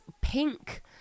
pink